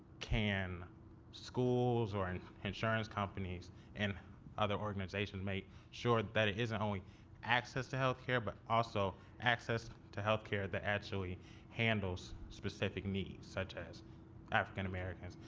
can schools or and insurance companies and other organizations make sure that it isn't only access to health care, but also access to health care that actually handles specific needs, such as african-americans,